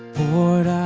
the lord